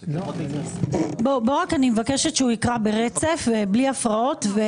אני מבקשת שהוא יקרא ברצף ובלי הפרעות.